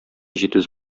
җитез